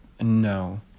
No